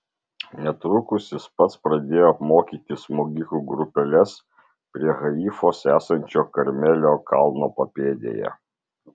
netrukus jis pats pradėjo apmokyti smogikų grupeles prie haifos esančio karmelio kalno papėdėje